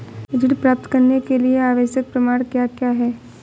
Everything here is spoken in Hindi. ऋण प्राप्त करने के लिए आवश्यक प्रमाण क्या क्या हैं?